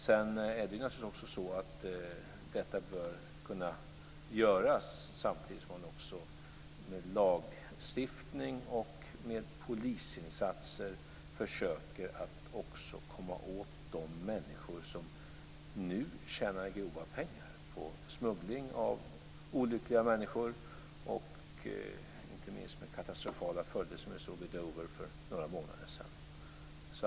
Sedan är det naturligtvis också så att detta bör kunna göras samtidigt som man också med lagstiftning och polisinsatser försöker att komma åt de människor som nu tjänar grova pengar på smuggling av olyckliga människor. Jag tänker inte minst på de katastrofala följder som vi såg i Dover för några månader sedan.